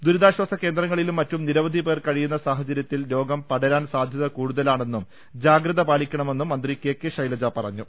ദുരിതാശ്ചാസ കേന്ദ്രങ്ങളിലും മറ്റും നിരവധി പേർ കഴിയുന്ന സാഹചര്യത്തിൽ രോഗം പടരാൻ സാധ്യത കൂടുതലാണെ ന്നും ജാഗ്രത പാലിക്കണമെന്നും മന്ത്രി കെ കെ ശൈലജ പറഞ്ഞു